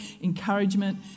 encouragement